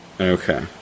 Okay